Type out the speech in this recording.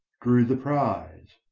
drew the prize.